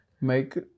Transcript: make